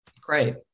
Great